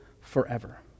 forever